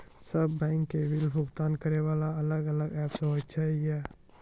सब बैंक के बिल भुगतान करे वाला अलग अलग ऐप्स होय छै यो?